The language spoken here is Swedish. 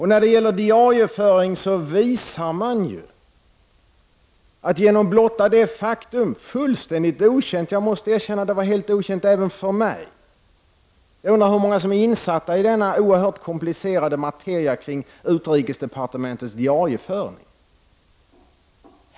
När det gäller diarieföring visar man ju någonting som var fullständigt okänt — och jag måste erkänna att det var helt okänt även för mig. Jag undrar hur många som är insatta i denna oerhört komplicerade materia kring utrikesdepartementets diarieföring.